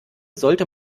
sollte